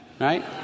right